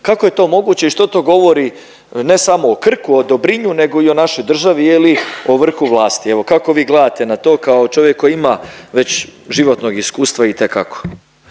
Kako je to moguće i što to govori ne samo o Krku, o Dobrinju nego i o našoj državi je li, o vrhu vlasti. Evo kako vi gledate na to kao čovjek koji ima već životnog iskustva itekako.